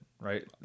right